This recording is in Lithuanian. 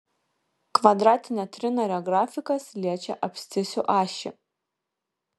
kvadratinio trinario grafikas liečia abscisių ašį